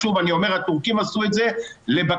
שוב אני אומר, הטורקים עשו את זה לבקשתנו.